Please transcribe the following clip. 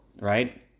right